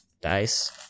Dice